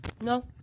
No